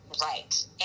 right